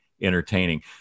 entertaining